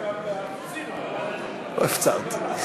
בבקשה, גברתי.